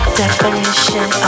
definition